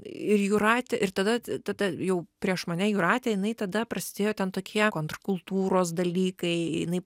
ir jūratė ir tada tada jau prieš mane jūratė jinai tada prasidėjo ten tokie kontrkultūros dalykai jinai